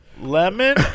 Lemon